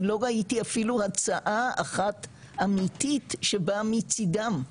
אני לא ראיתי אפילו הצעה אחת אמיתית שבאה מצידם,